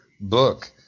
book